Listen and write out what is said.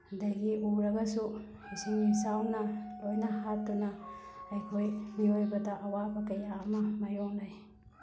ꯑꯗꯒꯤ ꯎꯔꯒꯁꯨ ꯏꯁꯤꯡ ꯏꯆꯥꯎꯅ ꯂꯣꯏꯅ ꯍꯥꯠꯇꯨꯅ ꯑꯩꯈꯣꯏ ꯃꯤꯑꯣꯏꯕꯗ ꯑꯋꯥꯕ ꯀꯌꯥ ꯑꯃ ꯃꯥꯏꯌꯣꯛꯅꯩ